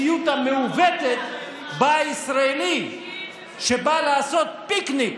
את המציאות או משנה את המציאות המעוותת שבה ישראלי שבא לעשות פיקניק